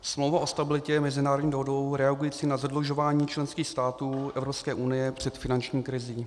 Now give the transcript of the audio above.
Smlouva o stabilitě je mezinárodní dohodou reagující na zadlužování členských států Evropské unie před finanční krizí.